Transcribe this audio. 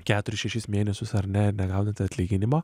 keturis šešis mėnesius ar ne negaunate atlyginimo